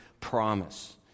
promise